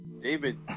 David